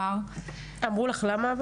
אמרו לך למה?